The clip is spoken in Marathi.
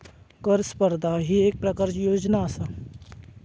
कर स्पर्धा ही येक प्रकारची योजना आसा